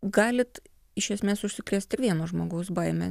galit iš esmės užsikrėst ir vieno žmogaus baime